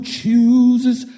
chooses